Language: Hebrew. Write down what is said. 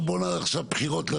לא עכשיו בחירות.